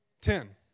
Ten